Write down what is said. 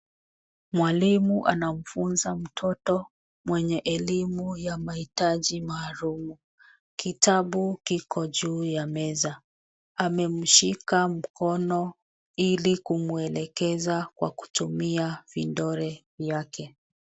Mwalimu anamfunza mtoto mwenye elimu ya mahitaji maalumu. Kitabu kiko juu ya meza. Amemshika mkono ili kumwelekeza kwa kutumia vidole vyake.